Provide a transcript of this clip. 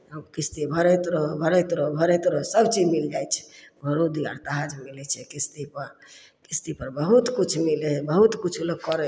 आ किश्ती भरैत रहू भरैत रहू भरैत रहू सभचीज मिल जाइ छै घरो दुआरि आज मिलै छै किश्तीपर किश्तीपर बहुत किछु मिलै हइ बहुत किछु लोक करै